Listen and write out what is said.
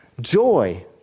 Joy